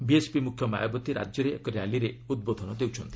BSP ମୁଖ୍ୟ ମାୟାବତୀ ରାଜ୍ୟରେ ଏକ ର୍ୟାଲିରେ ଉଦ୍ବୋଧନ ଦେଉଛନ୍ତି